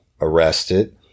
arrested